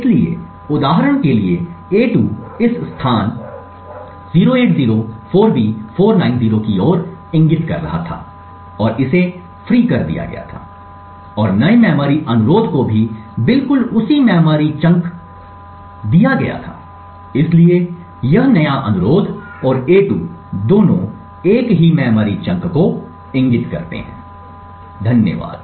इसलिए उदाहरण के लिए a2 इस स्थान 0804B490 की ओर इशारा कर रहा था और इसे फ्री कर दिया गया था और नए मेमोरी अनुरोध को भी बिल्कुल उसी मेमोरी चंक दिया गया था इसलिए यह नया अनुरोध और a2 दोनों एक ही मेमोरी चंक को इंगित करता है धन्यवाद